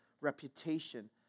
reputation